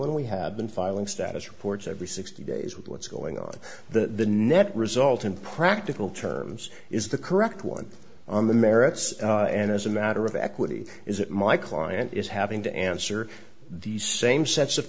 we have been filing status reports every sixty days with what's going on the net result in practical terms is the correct one on the merits and as a matter of equity is that my client is having to answer the same sets of